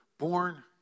born